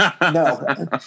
No